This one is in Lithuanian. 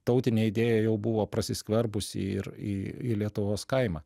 tautinė idėja jau buvo prasiskverbusi ir į į lietuvos kaimą